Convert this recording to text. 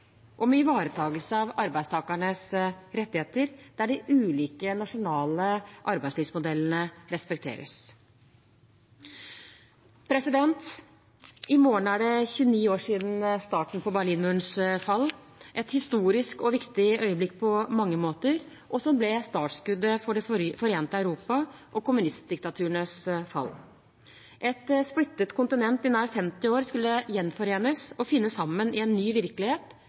og med ivaretakelse av arbeidstakernes rettigheter, der de ulike nasjonale arbeidslivsmodellene respekteres. I morgen er det 29 år siden starten på Berlinmurens fall – et historisk og viktig øyeblikk på mange måter, som ble startskuddet for det forente Europa og kommunistdiktaturenes fall. Et kontinent som hadde vært splittet i nær 50 år, skulle gjenforenes og finne sammen i en ny virkelighet